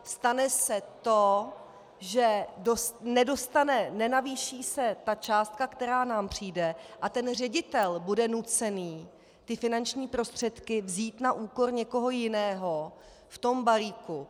Stane se to, že nedostane, nenavýší se ta částka, která nám přijde, a ten ředitel bude nucený ty finanční prostředky vzít na úkor někoho jiného v tom balíku.